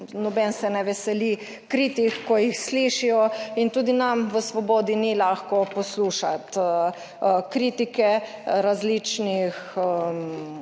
noben se ne veseli kritik, ko jih slišijo in tudi nam v Svobodi ni lahko poslušati kritike različnih